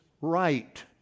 right